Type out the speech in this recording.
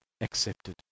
accepted